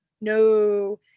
no